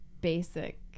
Basic